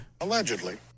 Allegedly